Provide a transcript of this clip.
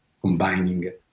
combining